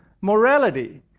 morality